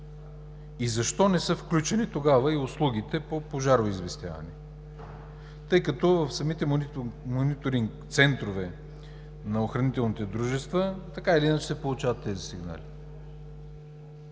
и защо не са включени тогава и услугите по пожароизвестяването, тъй като в самите мониторингцентрове на охранителните дружества така или иначе се получават тези сигнали?